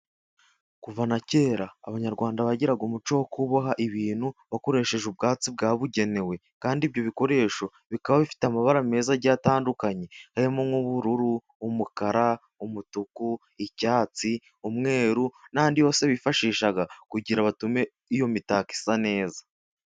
Kuva na kera abanyarwanda bagiraga umuco wo kuboha ibintu bakoresheje ubwatsi bwabugenewe. Kandi ibyo bikoresho bikaba bifite amabara meza agiye atandukanye, harimo nk'ubururu, umukara , umutuku, icyatsi, umweru n'andi yose bifashishaga kugira batume iyo mitako isa neza.